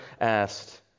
asked